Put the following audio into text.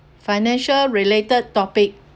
financial related topic